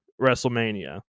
WrestleMania